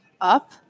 up